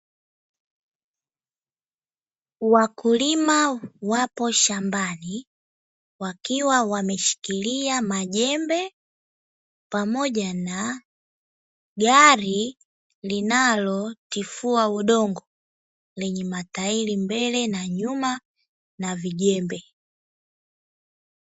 Wakulima wapo shambani wakiwa wameshikilia majembe pamoja na gari, linalotifua udongo lenye matairi mbele na nyuma na vijembe.